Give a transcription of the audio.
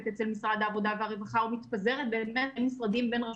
אצל משרד העבודה והרווחה או מתפזרת בין משרדים ורשויות.